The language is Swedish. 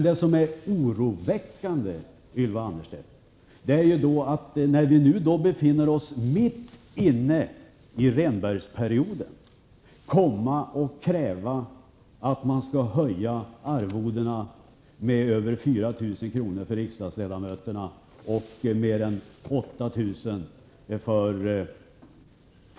Det är oroväckande, Ylva Annerstedt, att när vi nu befinner oss mitt inne i Rehnbergsperioden kommer ni och kräver att man skall höja arvodena för riksdagsledamöter med över 4 000 kr. och arvodena för statsråden med över 8 000 kr.